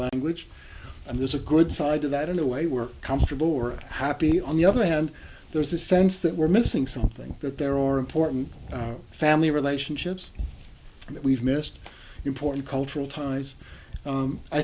language and there's a good side to that in a way we're comfortable or happy on the other hand there's a sense that we're missing something that there are important family relationships that we've missed important cultural ties